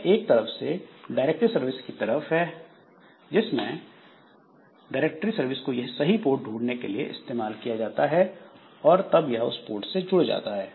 यह एक तरह से डायरेक्टरी सर्विस की तरह है जिसमें डायरेक्टरी सर्विस को सही पोर्ट ढूंढने के लिए इस्तेमाल किया जाता है और तब यह उस पोर्ट से जुड़ जाता है